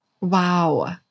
Wow